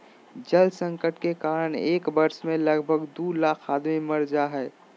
जल संकट के कारण एक वर्ष मे लगभग दू लाख आदमी मर जा हय